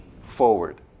forward